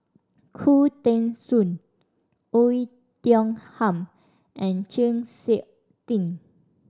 Khoo Teng Soon Oei Tiong Ham and Chng Seok Tin